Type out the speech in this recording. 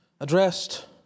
addressed